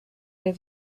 der